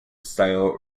style